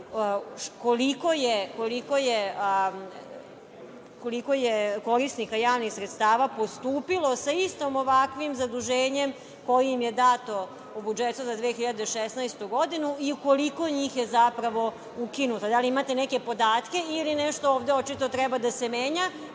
koliko je korisnika javnih sredstava postupilo sa istim ovakvim zaduženjem kojim je dato u budžetu za 2016. godine i u koliko je njih je zapravo ukinuta. Da li imate neke podatke ili nešto ovde očito treba da se menja